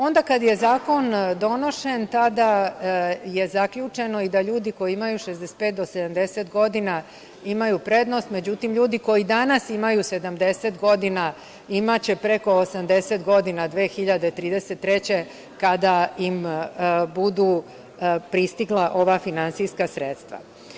Onda kada je zakon donošen, tada je zaključeno i da ljudi koji imaju 65 do 70 godina imaju prednost, međutim ljudi koji danas imaju 70 godina imaće preko 80 godina 2033. godine, kada im budu pristigla ova finansijska sredstva.